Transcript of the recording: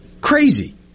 Crazy